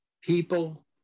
people